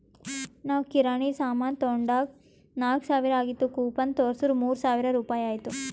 ನಾವ್ ಕಿರಾಣಿ ಸಾಮಾನ್ ತೊಂಡಾಗ್ ನಾಕ್ ಸಾವಿರ ಆಗಿತ್ತು ಕೂಪನ್ ತೋರ್ಸುರ್ ಮೂರ್ ಸಾವಿರ ರುಪಾಯಿ ಆಯ್ತು